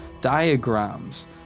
diagrams